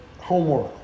homework